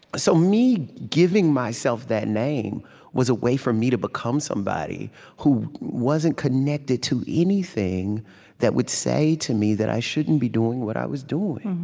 so me giving myself that name was a way for me to become somebody who wasn't connected to anything that would say to me that i shouldn't be doing what i was doing.